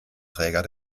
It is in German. träger